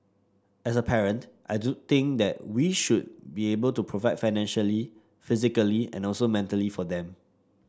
as a parent I do think that we should be able to provide financially physically and also mentally for them